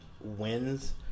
wins